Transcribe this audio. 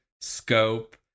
scope